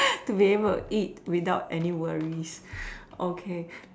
to be able to eat without any worries okay